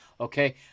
Okay